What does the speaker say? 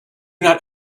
not